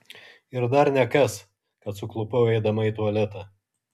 ir dar nekas kad suklupau eidama į tualetą